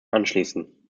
anschließen